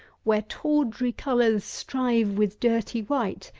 where tawdry colours strive with dirty white,